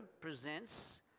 presents